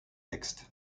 textes